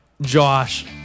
Josh